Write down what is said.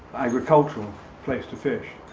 agricultural place to fish,